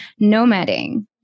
nomading